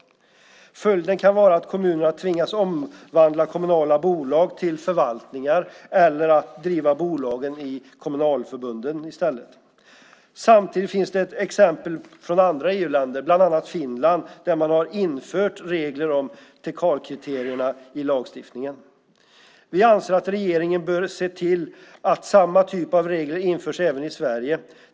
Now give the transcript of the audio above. Följden kan vara att kommunerna tvingas omvandla kommunala bolag till förvaltningar eller driva bolagen i kommunalförbunden i stället. Samtidigt finns det exempel från andra EU-länder, bland annat Finland, på att man har infört regler om Teckalkriterierna i lagstiftningen. Vi anser att regeringen bör se till att samma typ av regler införs även i Sverige.